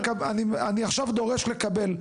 אני עכשיו דורש לקבל,